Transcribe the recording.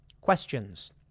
Questions